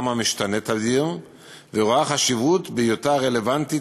המשתנה תדיר ורואה חשיבות בהיותה רלוונטית,